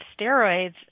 steroids